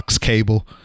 cable